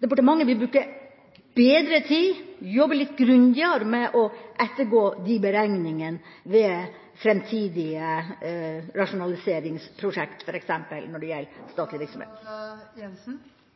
departementet vil bruke bedre tid og jobbe litt grundigere med å ettergå beregningene ved framtidige rasjonaliseringsprosjekt f.eks. når det gjelder statlig